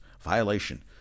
violation